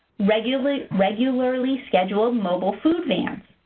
regularly regularly scheduled mobile food vans,